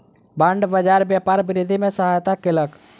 bond बाजार व्यापार वृद्धि में सहायता केलक